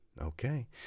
Okay